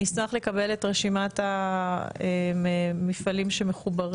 אני אשמח לקבל את רשימת המפעלים שמחוברים.